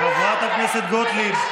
חברת הכנסת גוטליב.